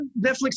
Netflix